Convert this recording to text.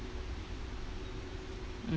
mm